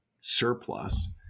surplus